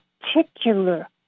particular